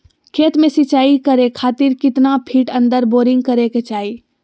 खेत में सिंचाई करे खातिर कितना फिट अंदर बोरिंग करे के चाही?